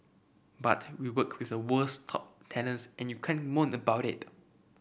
but we work with the world's top talents and you can't moan about it